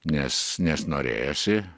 nes nes norėjosi